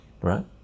right